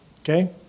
Okay